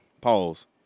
Pause